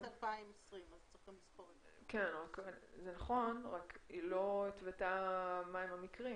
זה נכון, רק היא לא התוותה מהם המקרים.